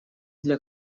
для